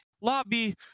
lobby